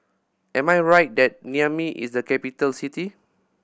am I right that Niamey is a capital city